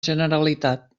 generalitat